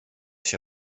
się